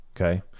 okay